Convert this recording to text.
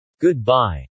Goodbye